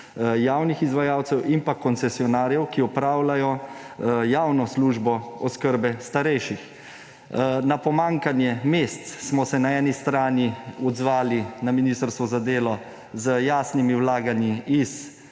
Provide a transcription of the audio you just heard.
javnih izvajalcev in koncesionarjev, ki opravljajo javno službo oskrbe starejših. Na pomanjkanje mest smo se na eni strani odzvali na ministrstvu za delo z jasnimi vlaganji iz